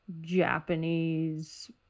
Japanese